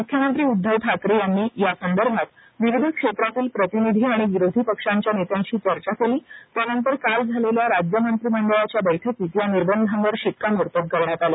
मुख्यमंत्री उद्घव ठाकरे यांनी या संदर्भात विविध क्षेत्रातील प्रतिनिधी आणि विरोधी पक्षांच्या नेत्यांशी चर्चा केली त्यानंतर काल झालेल्या राज्य मंत्रिमंडळाच्या बैठकीत या निर्बंधांवर शिक्कामोर्तब करण्यात आलं